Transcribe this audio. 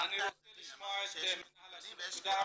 אני רוצה לשמוע את מינהל הסטודנטים.